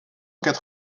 quatre